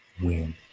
win